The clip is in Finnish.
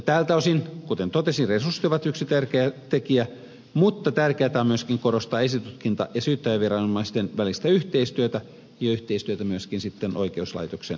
tältä osin kuten totesin resurssit ovat yksi tärkeä tekijä mutta tärkeätä on myöskin korostaa esitutkinta ja syyttäjäviranomaisten välistä yhteistyötä ja yhteistyötä myöskin sitten oikeuslaitoksen kanssa